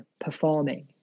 performing